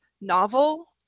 novel